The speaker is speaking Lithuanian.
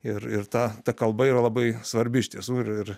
ir ir ta ta kalba yra labai svarbi iš tiesų ir ir